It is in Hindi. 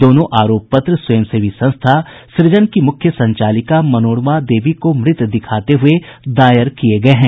दोनों आरोप पत्र स्वयंसेवी संस्था सृजन की मुख्य संचालिका मनोरमा देवी को मृत दिखाते हुए दायर किये गये है